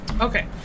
Okay